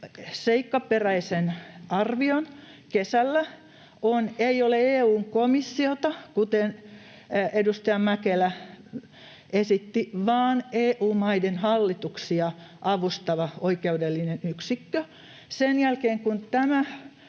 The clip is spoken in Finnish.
seikkaperäisen arvion kesällä, ei ole EU:n komissiota, kuten edustaja Mäkelä esitti, vaan EU-maiden hallituksia avustava oikeudellinen yksikkö. Sen jälkeen kun tämä